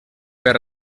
per